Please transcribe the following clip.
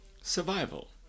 Survival